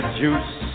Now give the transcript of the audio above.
juice